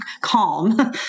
calm